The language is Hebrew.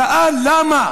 שאל למה